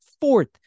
Fourth